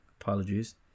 Apologies